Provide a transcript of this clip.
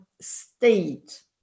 state